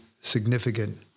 significant